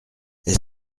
est